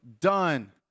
done